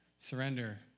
Surrender